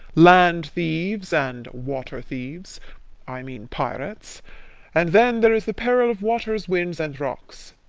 land-thieves and water-thieves i mean pirates and then there is the peril of waters, winds, and rocks.